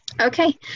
Okay